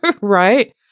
right